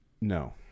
No